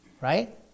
Right